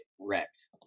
wrecked